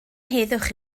heddwch